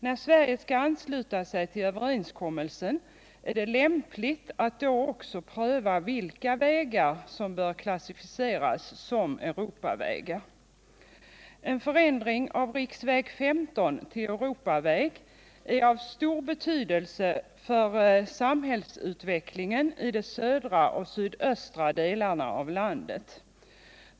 Då Sverige ansluter sig till överenskommelsen är det lämpligt att samtidigt också pröva vilka vägar som bör klassificeras som Europavägar. En förändring av riksväg 15 till Europaväg skulle vara av stor betydelse för samhällsutvecklingen i de södra och sydöstra delarna av landet.